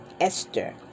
Esther